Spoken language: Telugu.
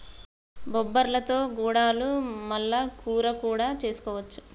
బొబ్బర్లతో గుడాలు మల్ల కూర కూడా చేసుకోవచ్చు